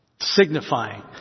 signifying